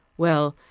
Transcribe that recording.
well,